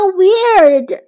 weird